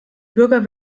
bürger